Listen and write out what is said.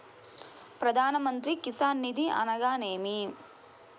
ప్రధాన మంత్రి కిసాన్ నిధి అనగా నేమి?